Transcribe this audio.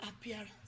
appearance